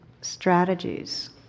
strategies